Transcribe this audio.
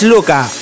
Luca